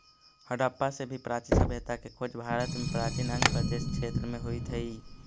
हडप्पा से भी प्राचीन सभ्यता के खोज भारत में प्राचीन अंग प्रदेश क्षेत्र में होइत हई